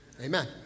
Amen